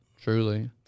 truly